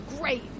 great